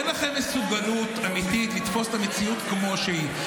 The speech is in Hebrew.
אין לכם מסוגלות אמיתית לתפוס את המציאות כמו שהיא.